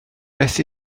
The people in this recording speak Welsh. beth